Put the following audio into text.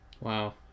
wow